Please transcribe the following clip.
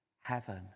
heaven